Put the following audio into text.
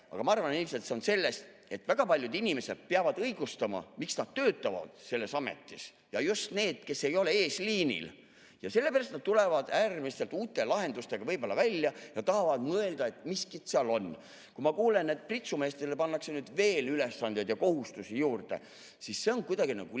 aga ma arvan, et see on sellest, et väga paljud inimesed peavad õigustama, miks nad töötavad selles ametis, ja just need, kes ei ole eesliinil. Sellepärast nad tulevad võib-olla äärmiselt uute lahendustega välja ja tahavad mõelda, et miskit seal on. Kui ma kuulen, et pritsumeestele pannakse nüüd veel ülesandeid ja kohustusi juurde, siis see on kuidagi nagu liig.